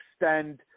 extend –